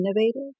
innovative